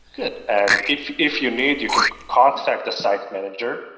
good. and if if you need you can contact the site manager.